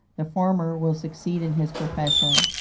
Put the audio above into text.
the former will succeed in his profession,